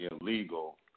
illegal